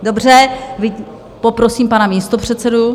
Dobře, poprosím pana místopředsedu.